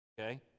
okay